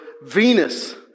Venus